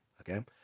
Okay